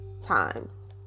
times